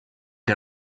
que